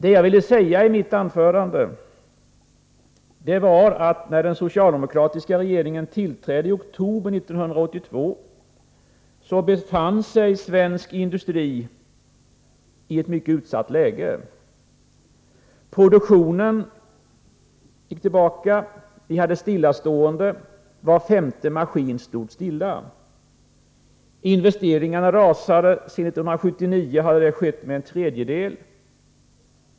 Vad jag sade i mitt anförande var att svensk industri befann sig i ett mycket utsatt läge när den socialdemokratiska regeringen tillträdde i oktober 1982. Produktionen gick tillbaka och var femte maskin stod stilla. Investeringarna rasade, sedan 1979 med en tredjedel.